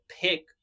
pick